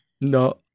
No